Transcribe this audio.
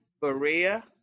Berea